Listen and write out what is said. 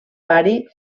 bari